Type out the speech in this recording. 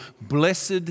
blessed